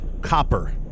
Copper